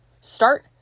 start